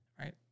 right